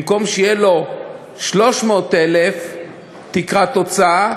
במקום שתהיה לו תקרת הוצאה